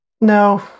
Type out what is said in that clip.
No